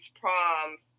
proms